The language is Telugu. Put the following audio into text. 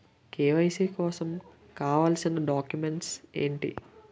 కే.వై.సీ కోసం కావాల్సిన డాక్యుమెంట్స్ ఎంటి?